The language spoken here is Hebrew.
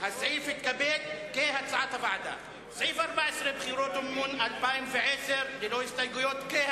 סעיף 14, בחירות ומימון מפלגות, לשנת 2009, נתקבל.